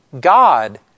God